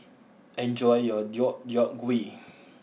enjoy your Deodeok Gui